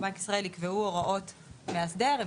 או בנק ישראל קובעים את הוראות המאסדר הם